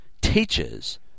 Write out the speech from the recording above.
teaches